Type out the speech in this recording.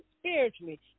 spiritually